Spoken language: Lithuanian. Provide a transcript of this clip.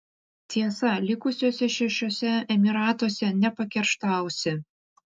tiesa likusiuose šešiuose emyratuose nepakerštausi